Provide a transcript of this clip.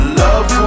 love